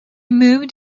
moved